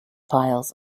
piles